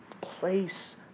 place